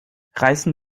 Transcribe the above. reißen